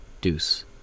Deuce